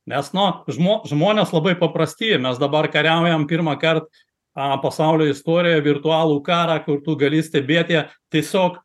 mes na žmo žmonės labai paprasti mes dabar kariaujam pirmąkart a pasaulio istorijoj virtualų karą kur tu gali stebėti tiesiog